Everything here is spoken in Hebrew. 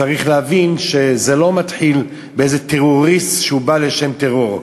צריך להבין שזה לא מתחיל באיזה טרוריסט שבא לשם טרור,